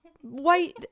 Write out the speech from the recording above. White